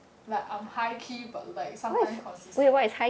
like I'm high key but like sometimes consistent